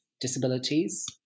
disabilities